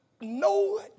no